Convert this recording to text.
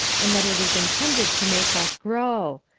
and that it is intended to make us grow.